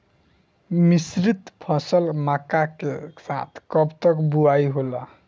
मिश्रित फसल मक्का के साथ कब तक बुआई होला?